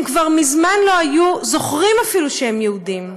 הם כבר מזמן לא היו זוכרים אפילו שהם יהודים.